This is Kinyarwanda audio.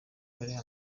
bariha